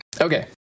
Okay